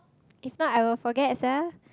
if not I will forget sia